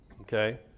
Okay